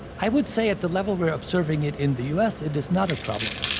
i would say at the level we are observing it in the u s. it is not a problem.